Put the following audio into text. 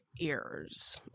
ears